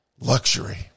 luxury